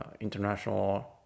International